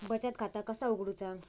बचत खाता कसा उघडूचा?